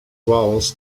vowels